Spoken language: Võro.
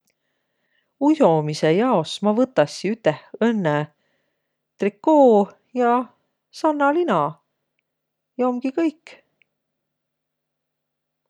Ujomisõ jaos ma võtassi üteh õnnõ trikoo ja sannalina. Ja omgi kõik.